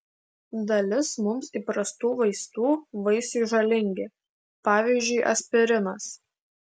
dalis mums įprastų vaistų vaisiui žalingi pavyzdžiui aspirinas